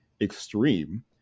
extreme